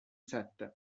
sette